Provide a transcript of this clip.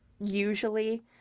usually